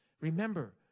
Remember